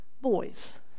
boys